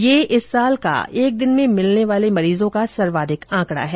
ये इस साल का एक दिन में मिलने वाले मरीजों का सर्वाधिक आंकड़ा है